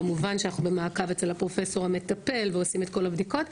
כמובן שאנחנו במעקב אצל הפרופסור המטפל ועושים את כל הבדיקות.